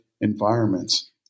environments